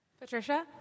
Patricia